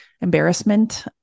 embarrassment